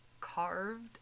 carved